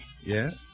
Yes